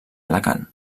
alacant